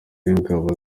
w’ingabo